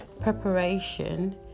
preparation